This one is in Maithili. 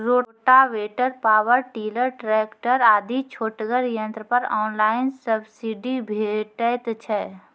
रोटावेटर, पावर टिलर, ट्रेकटर आदि छोटगर यंत्र पर ऑनलाइन सब्सिडी भेटैत छै?